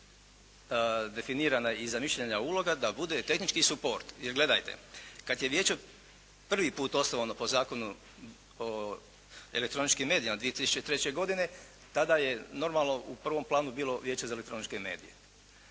Definirana je i zamišljena uloga da bude tehnički suport. Jer gledajte. Kad je vijeće prvi put osnovano po Zakonu o elektroničkim medijima 2003. godine, tada je normalno u prvom planu bilo Vijeće za elektroničke medije.